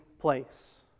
place